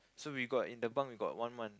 so we got in the bunk we got one month